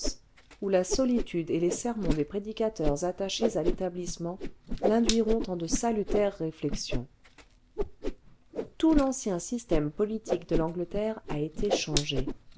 où la solitude et les sermons des prédicateurs attachés à l'établissement l'induiront en de salutaires réflexions ce tout l'ancien système politique de l'angleterre a été changé